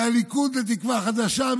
מהליכוד לתקווה חדשה,